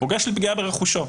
הוא חושש לפגיעה ברכושו,